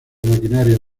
maquinaria